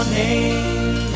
name